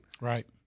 Right